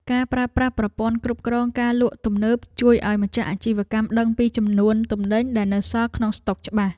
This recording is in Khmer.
ការប្រើប្រាស់ប្រព័ន្ធគ្រប់គ្រងការលក់ទំនើបជួយឱ្យម្ចាស់អាជីវកម្មដឹងពីចំនួនទំនិញដែលនៅសល់ក្នុងស្តុកច្បាស់។